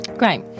Great